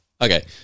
okay